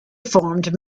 formed